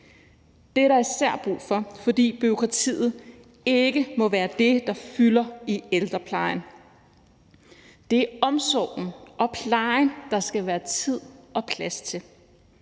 Det er der især brug for, fordi bureaukratiet ikke må være det, der fylder i ældreplejen. Det er omsorgen og plejen, der skal være tid og plads til.